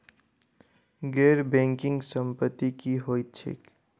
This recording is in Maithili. गैर बैंकिंग संपति की होइत छैक?